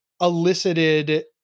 elicited